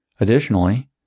Additionally